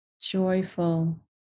Joyful